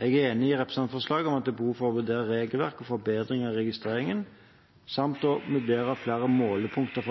Jeg er enig i det som står i representantforslaget om at det er behov for å vurdere regelverk og forbedringer i registreringen samt å vurdere flere målepunkter